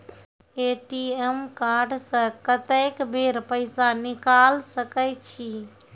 ATM card से कत्तेक बेर पैसा निकाल सके छी?